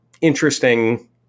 interesting